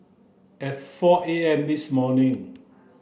at four A M this morning